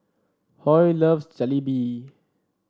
Hoy loves Jalebi